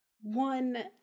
one